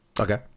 okay